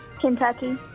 Kentucky